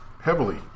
heavily